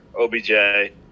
OBJ